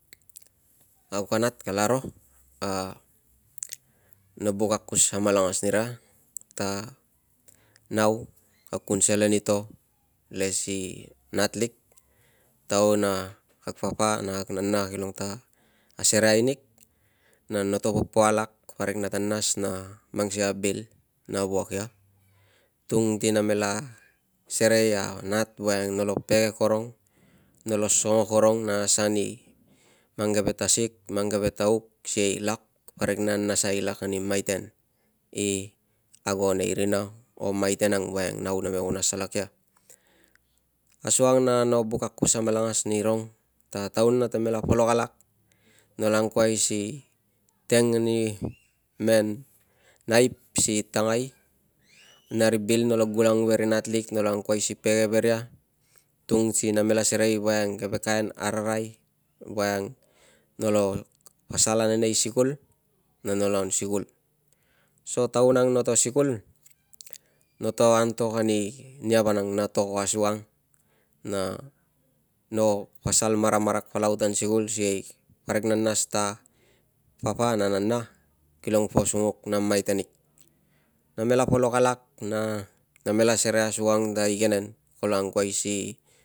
Au kanat kalaro, no buk akus amalangas nira ta nau kag kun selen i to le si natlik, taun a kag papa na kag nana kilong ta asereai nig, na noto popo alak parik nata nas na mang sikei na bil na wuak ia tung ti namela serei a nat voiang, voiang nolo pege korong, nolo songo korong na asan i mang keve tasig, mang keve taug sikei lak parik, sikei parik na nasai lak ani maiten i ago nei rina o maiten ang voiang nau name kun asalak ia. Asuang na no buk akus amalangas nirong ta taun natamela polok alak, nolo angkuai si teng ani men naip si tangai na ri bil, nolo gulang veri natlik, nolo angkuai si pege ve ria tung si namela serei voiang keve kain ararai voiang nolo pasal ane nei sikul na nolo sikul. So taun ang noto sikul, noto antok ani nia vanang na to ko asukang na no pasal maramarak palau tan sikul sikei parik na nas ta papa na nana kilong po sunguk na maiten ig, namela polok na namela serei asukang ta igenen kolo angkuai si